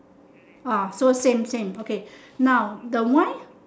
ah so same same okay now the wine